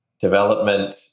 development